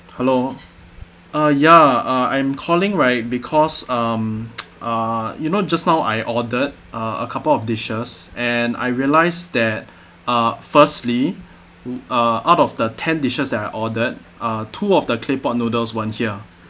hello uh ya uh I'm calling right because um uh you know just now I ordered uh a couple of dishes and I realised that uh firstly uh out of the ten dishes that I ordered uh two of the claypot noodles weren't here